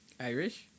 Irish